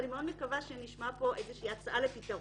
ואני מאוד מקווה שנשמע פה איזושהי הצעה לפתרון.